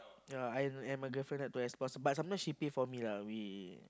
ya I and my girlfriend like to explore also but sometimes she pay for me lah we